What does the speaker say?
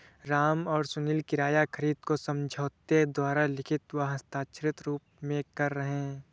राम और सुनील किराया खरीद को समझौते द्वारा लिखित व हस्ताक्षरित रूप में कर रहे हैं